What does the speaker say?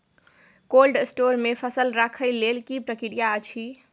Cold store मे फसल रखय लेल की प्रक्रिया अछि?